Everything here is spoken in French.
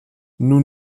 nous